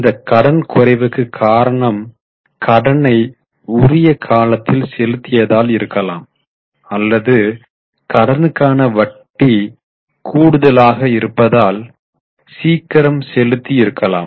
இந்த கடன் குறைவுக்கு காரணம் கடனை உரிய காலத்தில் செலுத்தியதால் இருக்கலாம் அல்லது கடனுக்கான வட்டி கூடுதலாக இருப்பதால் சீக்கிரம் செலுத்தி இருக்கலாம்